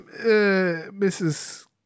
mrs